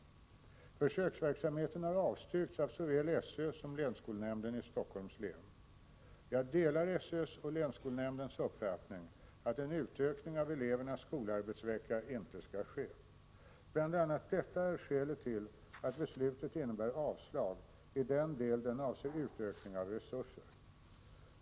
Försöksverksamheten har avstyrkts av såväl SÖ som länsskolnämnden i Stockholms län. Jag delar SÖ:s och länsskolnämndens uppfattning att en utökning av elevernas skolarbetsvecka inte skall ske. Bl. a. detta är skälet till att beslutet innebär avslag i den del den avser utökning av resurser.